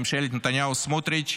ממשלת נתניהו וסמוטריץ',